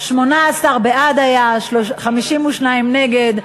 18 בעד, 52 נגד.